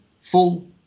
full